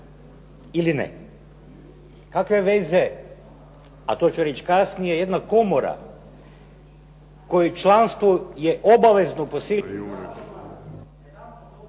Ili ne? Kakve veze, a to ću reći kasnije, jedna komora koje članstvo je obavezno …